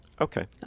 Okay